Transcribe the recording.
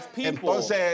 people